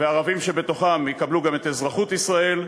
והערבים שבתוכם יקבלו גם את אזרחות ישראל.